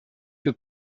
que